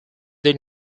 they